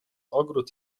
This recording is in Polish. ogród